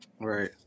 Right